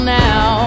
now